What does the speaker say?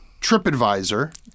TripAdvisor